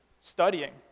studying